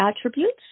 attributes